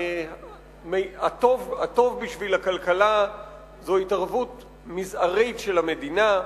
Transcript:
שהטוב בשביל הכלכלה הוא התערבות מזערית של המדינה,